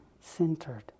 centered